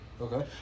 Okay